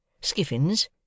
Skiffins